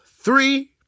three